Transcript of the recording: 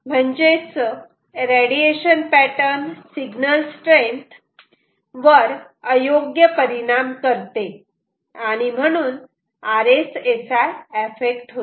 म्हणजेच radiation pattern signal strength वर आयोग्य परिणाम करते आणि म्हणून RSSI अफेक्ट होते